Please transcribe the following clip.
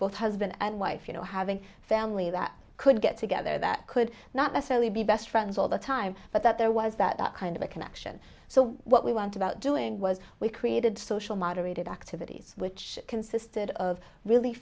both husband and wife you know having family that could get together that could not necessarily be best friends all the time but that there was that kind of a connection so what we want about doing was we created social moderated activities which consisted of really